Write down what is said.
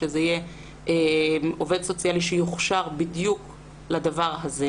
שזה יהיה עובד סוציאלי שיוכשר בדיוק לדבר הזה.